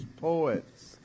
poets